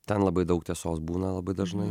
ten labai daug tiesos būna labai dažnai